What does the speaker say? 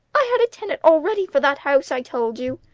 i had a tenant already for that house, i told you.